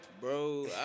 bro